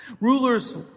Rulers